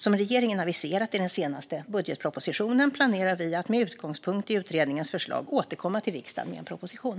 Som regeringen aviserat i den senaste budgetpropositionen planerar vi att med utgångspunkt i utredningens förslag återkomma till riksdagen med en proposition.